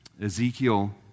Ezekiel